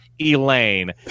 Elaine